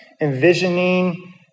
envisioning